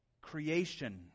creation